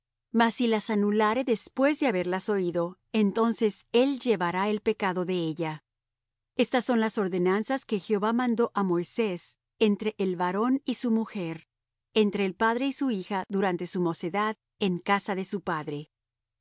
si las anulare después de haberlas oido entonces él llevará el pecado de ella estas son las ordenanzas que jehová mandó á moisés entre el varón y su mujer entre el padre y su hija durante su mocedad en casa de su padre